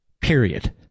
Period